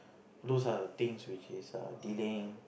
those are things which is err delaying